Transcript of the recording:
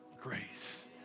grace